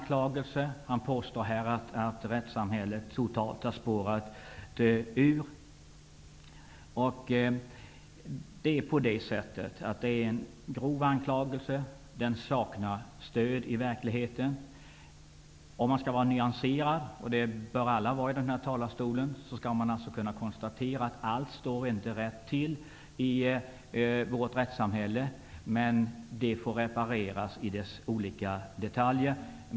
Han påstod att rättssamhället har spårat ur totalt. Det är en grov anklagelse som saknar stöd i verkligheten. Om man skall vara nyanserad -- och det bör alla vara i denna talarstol -- kan man konstatera att allt inte står rätt till i vårt rättssamhälle. Det får repareras i sina olika detaljer.